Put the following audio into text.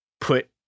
put